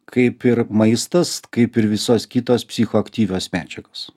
kaip ir maistas kaip ir visos kitos psichoaktyvios medžiagos